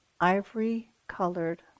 ivory-colored